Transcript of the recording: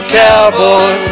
cowboy